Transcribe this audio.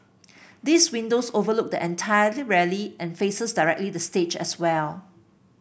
these windows overlook the entirely rally and faces directly the stage as well